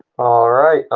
all right,